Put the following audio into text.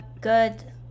good